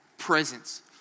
presence